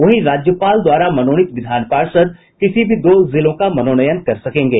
वहीं राज्यपाल द्वारा मनोनीत विधान पार्षद किसी दो जिलों का मनोनयन कर सकेंगे